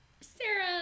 Sarah